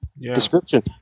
description